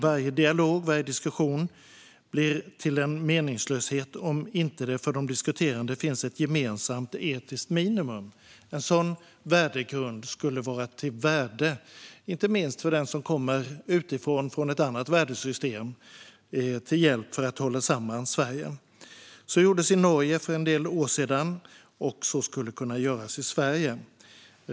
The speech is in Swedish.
Varje dialog och varje diskussion blir till en meningslöshet om det inte finns ett gemensamt etiskt minimum för de diskuterande. En sådan värdegrund skulle vara till värde inte minst för den som kommer från ett annat värdesystem, till hjälp för att hålla samman Sverige. Så gjordes i Norge för en del år sedan, och så skulle kunna göras i Sverige.